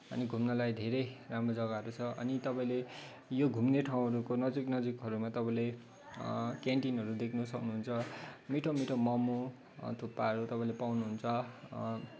अनि घुम्नलाई धेरै राम्रो जग्गाहरू छ अनि तपाईँले यो घुम्ने ठाउँहरूको नजिक नजिकहरूमा तपाईँले क्यान्टिनहरू देख्न सक्नुहुन्छ मिठो मिठो मोमो अनि थुक्पाहरू तपाईँले पाउनुहुन्छ